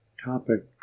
Topic